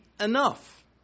enough